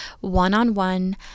one-on-one